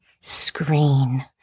screen